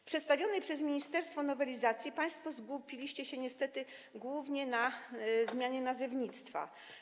W przedstawionej przez ministerstwo nowelizacji państwo skupiliście się niestety głównie na zmianie nazewnictwa.